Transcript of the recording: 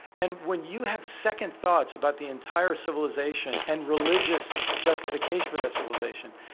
and when you have second thoughts about the entire civilization and religious justification for that civilization,